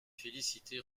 félicité